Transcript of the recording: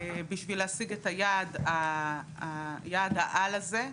בשביל להשיג את יעד העל הזה.